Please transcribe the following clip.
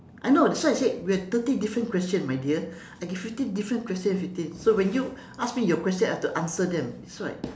I know that's why I said we have thirty different question my dear I give you fifteen question fifteen so when you ask me your question I have to answer them that's why